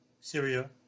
Syria